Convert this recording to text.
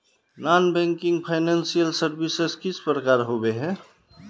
Non banking financial services किस प्रकार के होबे है?